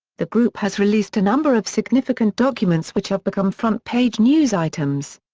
the group has released a number of significant documents which have become front-page news items.